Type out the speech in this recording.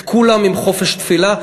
אני רוצה לראות את כולם עם חופש תפילה.